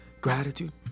Gratitude